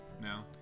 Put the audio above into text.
No